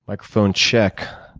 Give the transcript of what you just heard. microphone check.